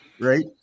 right